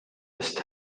eest